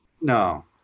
no